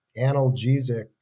analgesic